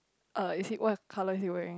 uh is it what color is he wearing